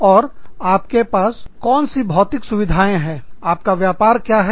और आपके पास कोनसी भौतिक सुविधाएं है आपका व्यापार क्या है